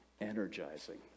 energizing